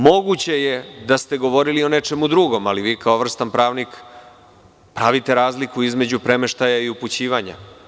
Moguće je da ste govorili o nečemu drugom, ali vi kao vrstan pravnik pravite razliku između premeštaja i upućivanja.